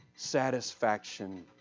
satisfaction